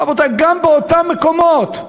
רבותי, גם באותם מקומות,